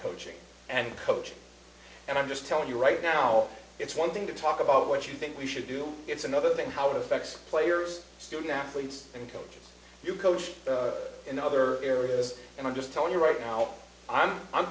coaching and coaching and i'm just telling you right now it's one thing to talk about what you think we should do it's another thing how it affects players student athletes and coaches you coach in other areas and i'm just telling you right now i'm